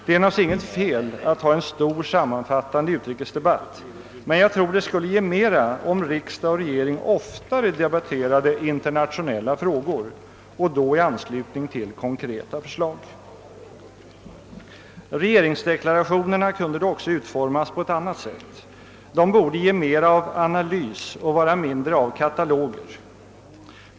Det är naturligtvis inte fel att ha en stor sammanfattande utrikesdebatt, men jag tror det skulle vara mera givande om riksdag och regering oftare debatterade internationella frågor och då i anslutning till konkreta förslag. Regeringsdeklarationerna kunde också utformas på ett annat sätt. De kunde ge mera av analys och vara mindre av kataloger.